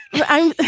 i know.